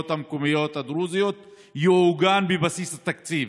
המקומיות הדרוזיות יעוגן בבסיס התקציב.